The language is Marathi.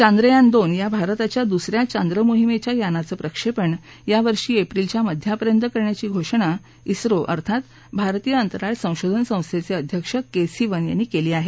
चांद्रयान दोन या भारताच्या दुसऱ्या चांद्रमोहीमेच्या यानाचं प्रक्षेपण या वर्षी एप्रिलच्या मध्यापर्यंत करण्याची घोषणा इस्रो अर्थात भारतीय अंतराळ संसोधन संस्थेचे अध्यक्ष के सिवन यांनी केली आहे